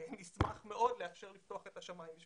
נשמח מאוד לאפשר לפתוח את השמים.